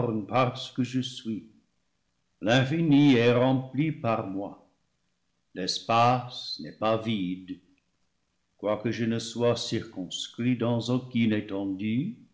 parce que je suis l'infini est rempli par moi l'espace n'est pas vide quoique je ne sois circonscrit dans aucune étendue